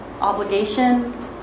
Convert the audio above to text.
obligation